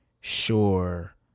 sure